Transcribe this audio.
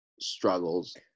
struggles